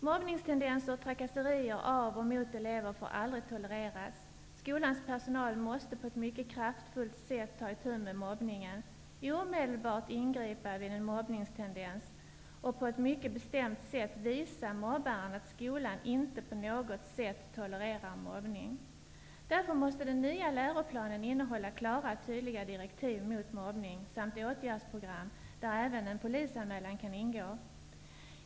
Mobbningstendenser och trakasserier av och mot elever får aldrig tolereras. Skolans personal måste på ett mycket kraftfullt sätt ta itu med mobbningen, omedelbart ingripa vid en mobbningstendens och på ett mycket bestämt sätt visa mobbaren att skolan inte på något sätt tolererar mobbning. Därför måste den nya läroplanen innehålla klara och tydliga direktiv mot mobbning samt åtgärdsprogram där även polisanmälan kan ingå.